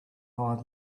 higher